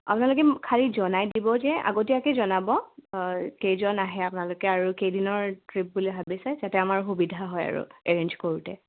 আপোনালোকে খালী জনাই দিব যে আগতীয়াকৈ জনাব কেইজন আহে আপোনালোকে আৰু কেইদিনৰ ট্ৰিপ বুলি ভাবিছে যাতে আমাৰ সুবিধা হয় আৰু এৰেঞ্জ কৰোঁতে